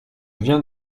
viens